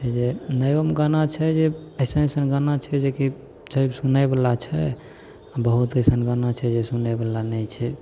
छै जे नयोमे गाना छै जे अइसन अइसन गाना छै जेकि छै छै सुनै बला छै बहुत अइसन गाना छै जे सुनै बला नहि छै